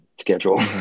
schedule